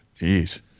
Jeez